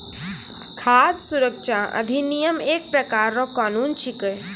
खाद सुरक्षा अधिनियम एक प्रकार रो कानून छिकै